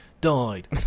died